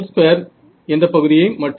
12என்ற பகுதியை மட்டும்